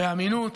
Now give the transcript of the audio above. באמינות,